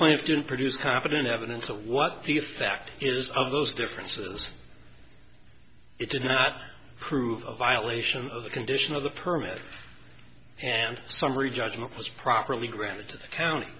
plant didn't produce competent evidence of what he fact is of those differences it did not prove a violation of the condition of the permit and summary judgment was properly granted to the county